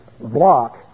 block